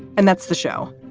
and that's the show.